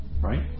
Right